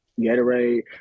gatorade